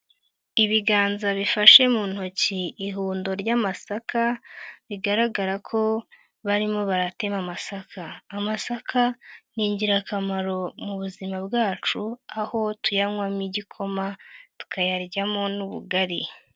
Ibiganza bifashe mu ntoki ihundo ry'amasaka, bigaragara ko barimo baratema amasaka, amasaka ni ingirakamaro mu buzima bwacu, aho tuyanywamo igikoma, tukayaryamo n'ubugari.